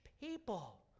people